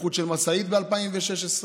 התהפכות של משאית ב-2016,